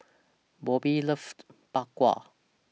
Bobby loves Bak Kwa